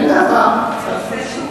שאלה אחרת?